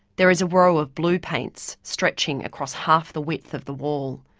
there is a row of blue paints, stretching across half the width of the wall.